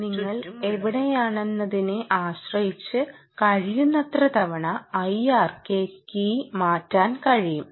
അതിനാൽ നിങ്ങൾ എവിടെയാണെന്നതിനെ ആശ്രയിച്ച് കഴിയുന്നത്ര തവണ IRK കീ മാറ്റാൻ കഴിയും